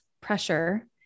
pressure